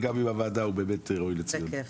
הוא באמת ראוי לציון.